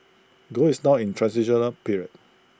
gold is now in transitional period